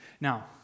Now